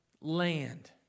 land